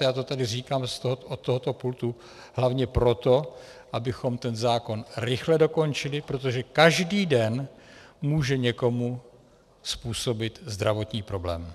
Já to tady říkám od tohoto pultu hlavně proto, abychom ten zákon rychle dokončili, protože každý den může někomu způsobit zdravotní problém.